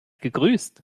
gegrüßt